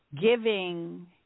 Giving